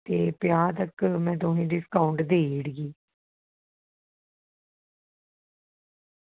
ते पंजाह् तगर में तुसेंगी डिस्काऊंट देई ओड़गी